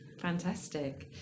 Fantastic